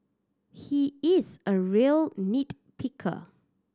he is a real nit picker